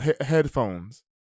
headphones